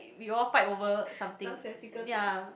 you all fight over something yea